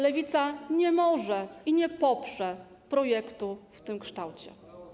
Lewica nie może poprzeć i nie poprze projektu w tym kształcie.